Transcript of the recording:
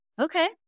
Okay